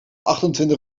achtentwintig